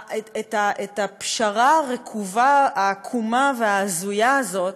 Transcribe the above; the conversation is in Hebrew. את הפשרה הרקובה, העקומה וההזויה הזאת